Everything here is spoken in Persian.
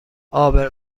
عابر